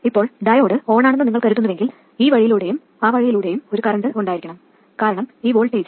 ഇപ്പോൾ ഡയോഡ് ഓണാണെന്ന് നിങ്ങൾ കരുതുന്നുവെങ്കിൽ ഈ വഴിയിലൂടെയും ആ വഴിയിലൂടെയും ഒരു കറൻറ് ഉണ്ടായിരിക്കണം കാരണം ഈ വോൾട്ടേജ് 0